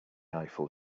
eiffel